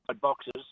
boxes